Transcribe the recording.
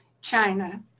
China